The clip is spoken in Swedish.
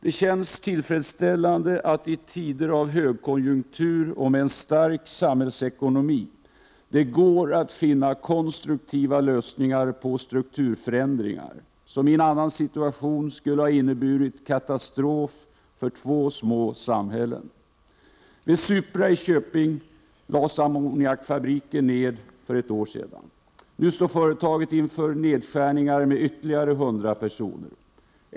Det känns tillfredsställande att det i tider av högkonjunktur med en stark samhällsekonomi går att finna konstruktiva lösningar på strukturförändringar, som i en annan situation skulle ha inneburit katastrof för två små samhällen. Vid Supra i Köping lades ammoniakfabriken ned för ett år sedan. Nu står företaget inför nedskärningar med ytterligare 100 personer.